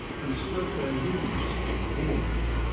and spread their wings to the warmth.